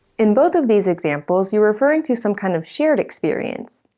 in both of these examples, you're referring to some kind of shared experience.